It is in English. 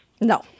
No